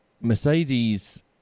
Mercedes